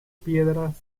piedras